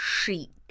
chic